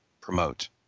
promote